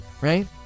right